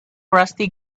rusty